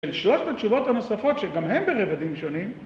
את שלושת התשובות הנוספות שגם הן ברבדים שונים